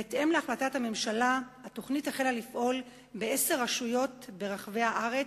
ובהתאם להחלטת הממשלה התוכנית החלה לפעול בעשר רשויות ברחבי הארץ,